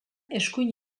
eskuin